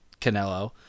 Canelo